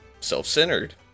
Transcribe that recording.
self-centered